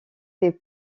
fait